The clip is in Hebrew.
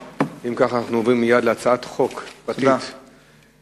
אנחנו עוברים מייד להצעת חוק רשות השידור